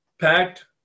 packed